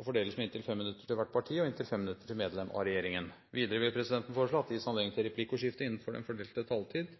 og fordeles med inntil 5 minutter til hvert parti og inntil 5 minutter til medlem av regjeringen. Videre vil presidenten foreslå at det gis anledning til replikkordskifte